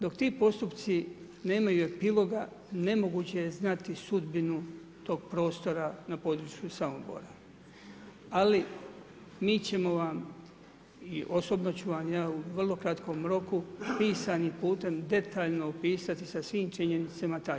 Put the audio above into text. Dok ti postupci nemaju epiloga nemoguće je znati sudbinu tog prostora na području Samobora, ali mi ćemo vam i osobno ću vam ja u vrlo kratkom roku pisanim putem detaljno opisati sa svim činjenicama taj slučaj.